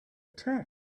texts